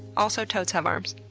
also, toads have arms.